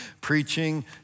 preaching